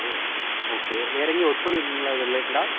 ம் ஓகே வேற எங்கேயும் ஒர்க் பண்ணிருக்கீங்களா இது ரிலேட்டடா